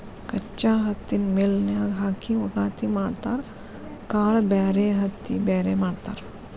ಕಚ್ಚಾ ಹತ್ತಿನ ಮಿಲ್ ನ್ಯಾಗ ಹಾಕಿ ವಗಾತಿ ಮಾಡತಾರ ಕಾಳ ಬ್ಯಾರೆ ಹತ್ತಿ ಬ್ಯಾರೆ ಮಾಡ್ತಾರ